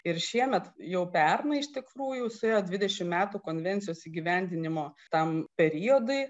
ir šiemet jau pernai iš tikrųjų suėjo dvidešimt metų konvencijos įgyvendinimo tam periodui